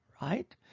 right